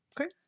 okay